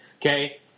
Okay